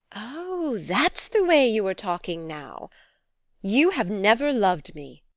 oh, that's the way you are talking now you have never loved me!